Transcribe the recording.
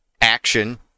action